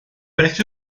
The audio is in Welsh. beth